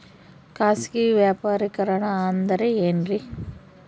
ಖಾಸಗಿ ವ್ಯಾಪಾರಿಕರಣ ಅಂದರೆ ಏನ್ರಿ?